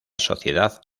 sociedad